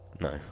No